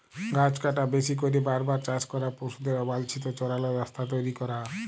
গাহাচ কাটা, বেশি ক্যইরে বার বার চাষ ক্যরা, পশুদের অবাল্ছিত চরাল, রাস্তা তৈরি ক্যরা